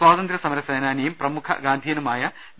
സ്വാതന്ത്യ സമര സേനാനിയും പ്രമുഖ ഗാന്ധിയനുമായി വി